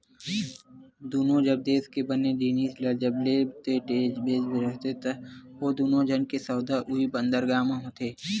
दुनों जब देस के बने जिनिस ल जब लेय ते बेचें बर होथे ता ओ दुनों झन के सौदा उहीं बंदरगाह म होथे